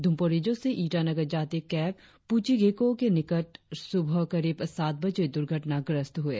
दुम्पोरिजो से ईटानगर जाती कैब पुचीगेको के निकट सुबह करीब सात बजे दुर्घटनाग्रस्त हुए